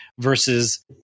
versus